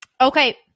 okay